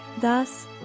Thus